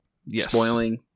spoiling